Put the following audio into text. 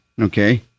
Okay